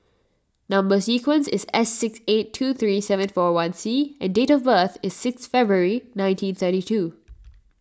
Number Sequence is S six eight two three seven four one C and date of birth is six February nineteen thirty two